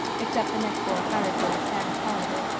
except the next-door hired boy sam toliver,